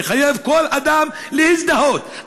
מחייב כל אדם להזדהות.